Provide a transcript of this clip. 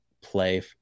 play